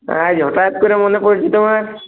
আজ হঠাৎ করে মনে পরেছে তোমার